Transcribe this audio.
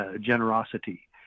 generosity